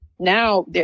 now